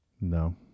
No